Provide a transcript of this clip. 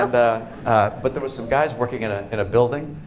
and but there were some guys working in ah in a building,